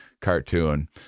cartoon